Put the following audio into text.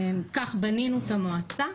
כך בנינו את המועצה,